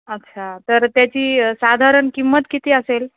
अच्छा तर त्याची साधारण किंमत किती असेल